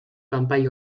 kanpai